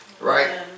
Right